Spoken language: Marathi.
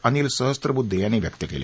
अनिल सहस्त्रबुद्धे यांनी व्यक्त केली